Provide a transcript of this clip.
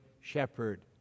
shepherd